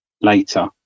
Later